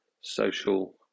social